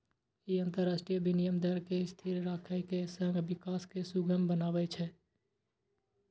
ई अंतरराष्ट्रीय विनिमय दर कें स्थिर राखै के संग विकास कें सुगम बनबै छै